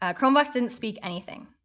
ah chromevox didn't speak anything.